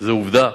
זאת עובדה,